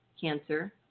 cancer